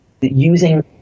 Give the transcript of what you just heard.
using